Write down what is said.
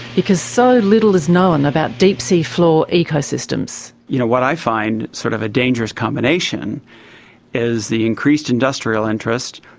because so little is known about deep sea floor ecosystems. you know, what i find sort of a dangerous combination is the increased industrial interest,